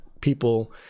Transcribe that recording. people